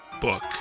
book